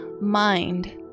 mind